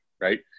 right